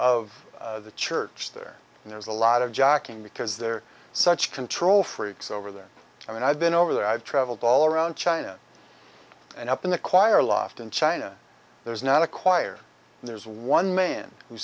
of the church there and there's a lot of jockeying because there are such control freaks over there i mean i've been over there i've travelled all around china and up in the choir loft in china there's not a choir and there's one man who